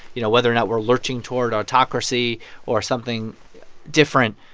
you know, whether or not we're lurching toward autocracy or something different,